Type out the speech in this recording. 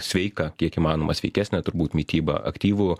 sveiką kiek įmanoma sveikesnę turbūt mitybą aktyvų